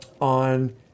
on